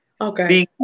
okay